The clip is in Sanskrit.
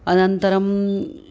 अनन्तरम्